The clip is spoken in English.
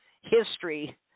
history